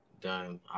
done